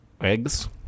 eggs